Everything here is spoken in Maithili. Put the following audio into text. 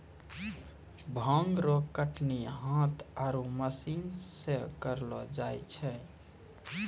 भांग रो कटनी हाथ आरु मशीन से करलो जाय छै